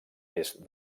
est